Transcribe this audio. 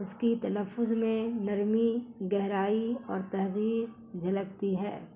اس کی تنفظ میں نرمی گہرائی اور تہذییب جھلکتی ہے